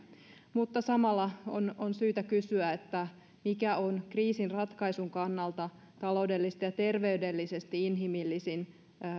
mutta samalla on syytä kysyä mikä on kriisin ratkaisun kannalta taloudellisesti ja terveydellisesti inhimillisin